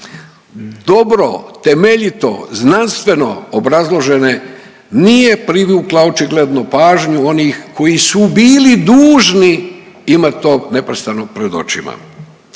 dobro, temeljito, znanstveno obrazložene nije privukla očigledno pažnju onih koji su bili dužni imati to neprestano pred očima.